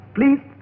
Please